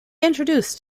introduced